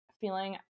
feeling